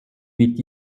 mit